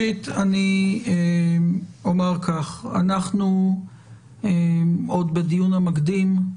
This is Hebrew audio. אנחנו עוד בדיון המקדים,